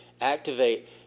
activate